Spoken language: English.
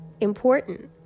important